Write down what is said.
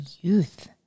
youth